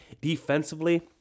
defensively